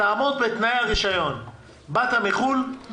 בעד כל עובד זר בעל רישיון לעבודה באותו ענף